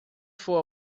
for